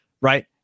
Right